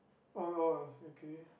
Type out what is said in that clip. oh oh okay